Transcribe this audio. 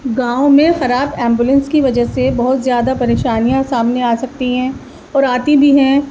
گاؤں میں خراب ایمبولینس کی وجہ سے بہت زیادہ پریشانیاں سامنے آ سکتی ہیں اور آتی بھی ہیں